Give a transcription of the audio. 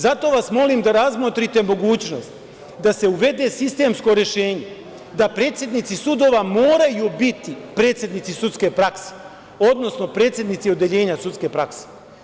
Zato vas molim da razmotrite mogućnost da se uvede sistemsko rešenje da predsednici sudova moraju biti predsednici sudske prakse, odnosno predsednici odeljenja sudske prakse.